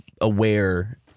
aware